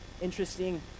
interesting